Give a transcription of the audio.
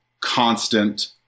constant